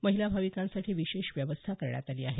महिला भाविकांसाठी विशेष व्यवस्था करण्यात आली आहे